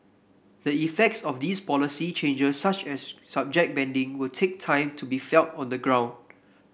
the effects of these policy changes such as subject banding will take time to be felt on the ground